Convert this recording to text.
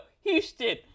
Houston